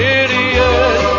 idiot